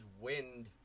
wind